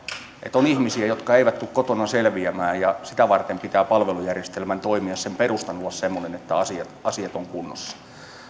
että on ihmisiä jotka eivät tule kotona selviämään ja sitä varten pitää palvelujärjestelmän toimia sen perustan olla semmoinen että asiat asiat ovat kunnossa